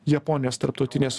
japonijos tarptautinės